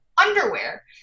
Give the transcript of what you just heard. underwear